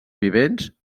vivents